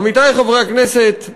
עמיתי חברי הכנסת,